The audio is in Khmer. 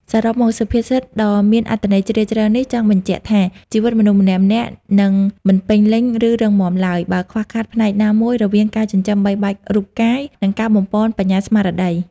សរុបមក សុភាសិតដ៏មានអត្ថន័យជ្រាលជ្រៅនេះចង់បញ្ជាក់ថា ជីវិតមនុស្សម្នាក់ៗនឹងមិនពេញលេញ ឬរឹងមាំឡើយ បើខ្វះខាតផ្នែកណាមួយ រវាងការចិញ្ចឹមបីបាច់រូបកាយ និងការបំប៉នបញ្ញាស្មារតី។